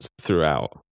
throughout